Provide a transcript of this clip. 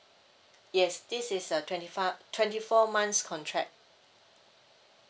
yes this is a twenty five twenty four months contract